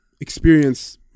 experience